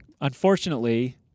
Unfortunately